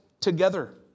together